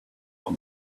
not